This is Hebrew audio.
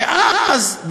ואז,